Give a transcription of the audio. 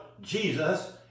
Jesus